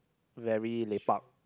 very lepak